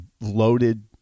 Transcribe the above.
loaded